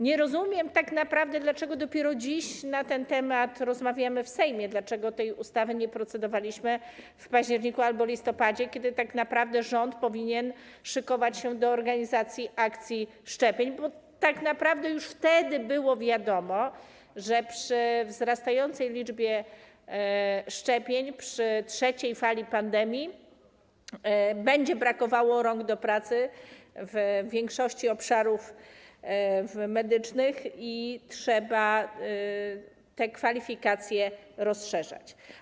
Nie rozumiem tak naprawdę, dlaczego dopiero dziś na ten temat rozmawiamy w Sejmie, dlaczego nad tą ustawą nie procedowaliśmy w październiku albo listopadzie, kiedy tak naprawdę rząd powinien szykować się do organizacji akcji szczepień, bo tak naprawdę już wtedy było wiadomo, że przy wzrastającej liczbie szczepień, przy trzeciej fali pandemii będzie brakowało rąk do pracy w większości obszarów medycznych i trzeba te kwalifikacje rozszerzać.